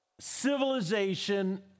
civilization